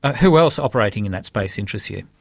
who else operating in that space interests you?